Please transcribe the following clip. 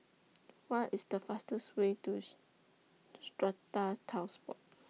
What IS The fastest Way Tooth Strata Titles Board